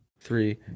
three